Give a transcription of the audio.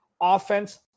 Offense